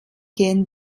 gehen